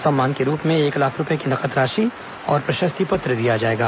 सम्मान के रूप में एक लाख रूपये की नकद राशि और प्रशस्ति पत्र दिया जाएगा